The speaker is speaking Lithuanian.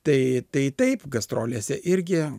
tai tai taip gastrolėse irgi